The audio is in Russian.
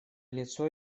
лицо